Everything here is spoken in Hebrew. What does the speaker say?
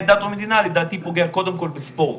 דת ומדינה לדעתי פוגע קודם כל בספורט.